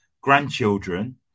grandchildren